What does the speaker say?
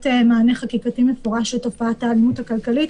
מענה חקיקתי מפורש לתופעת האלימות הכלכלית,